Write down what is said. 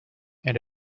and